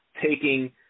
taking